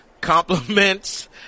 compliments